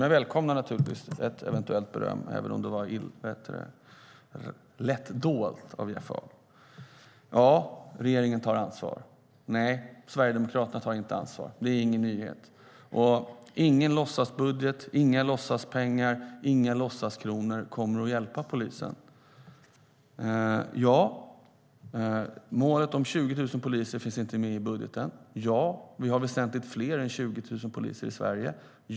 Jag välkomnar naturligtvis ett eventuellt beröm, även om det var lätt dolt av Jeff Ahl. Ja, regeringen tar ansvar. Nej, Sverigedemokraterna tar inte ansvar. Det är ingen nyhet. Och ingen låtsasbudget, inga låtsaspengar och inga låtsaskronor kommer att hjälpa polisen. Ja, det stämmer att målet om 20 000 poliser inte finns med budgeten. Ja, vi har väsentligt fler än 20 000 poliser i Sverige.